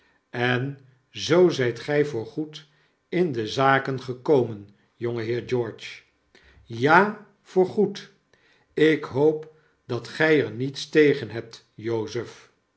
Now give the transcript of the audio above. en zoo zijt gij voorgoed in de zaken gekomen jongeheer george ja voorgoed ik hoop dat gij er niets tegen hebt jozef